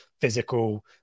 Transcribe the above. physical